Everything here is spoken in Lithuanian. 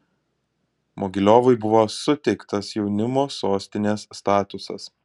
mogiliovui buvo suteiktas jaunimo sostinės statusas